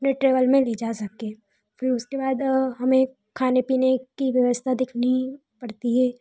अपने ट्रेवल में ले जा सकें फिर उसके बाद हमें खाने पीने की व्यवस्था देखनी पड़ती है